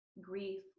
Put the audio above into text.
grief